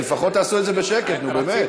לפחות תעשו את זה בשקט, נו, באמת.